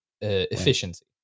efficiency